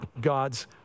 God's